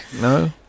No